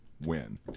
win